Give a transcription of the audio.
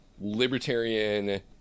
libertarian